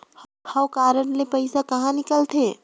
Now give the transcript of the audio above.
हव कारड ले पइसा कहा निकलथे?